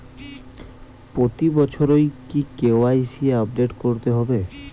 প্রতি বছরই কি কে.ওয়াই.সি আপডেট করতে হবে?